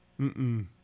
Mm-mm